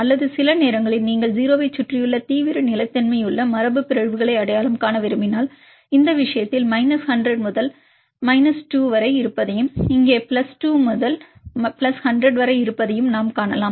அல்லது சில நேரங்களில் நீங்கள் 0 ஐச் சுற்றியுள்ள தீவிர நிலைத்தன்மையுள்ள மரபுபிறழ்வுகளை அடையாளம் காண விரும்பினால் இந்த விஷயத்தில் மைனஸ் 100 முதல் மைனஸ் 2 வரை இருப்பதையும் இங்கே 2 பிளஸ் 2 முதல் பிளஸ் 100 2 to 100 வரை இருப்பதையும் நாம் காணலாம்